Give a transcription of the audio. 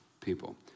people